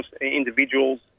individuals